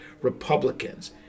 Republicans